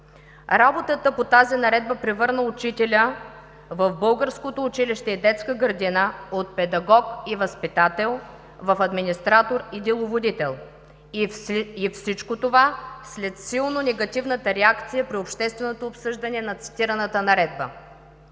Работата по тази наредба превърна учителя в българското училище и детска градина от педагог и възпитател в администратор и деловодител. И всичко това след силно негативната реакция при общественото обсъждане на цитираната наредба.